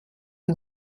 can